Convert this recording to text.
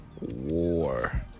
war